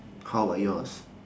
how about yours